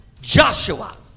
joshua